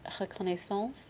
reconnaissance